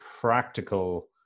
practical